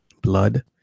blood